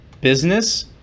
business